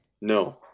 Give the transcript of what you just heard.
No